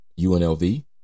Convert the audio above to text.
UNLV